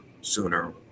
sooner